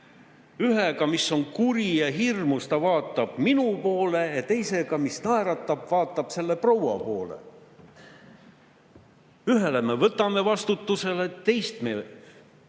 ühega, mis on kuri ja hirmus, ta vaatab minu poole, ja teisega, mis naeratab, vaatab selle proua poole. Ühe me võtame vastutusele, teist mitte